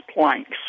planks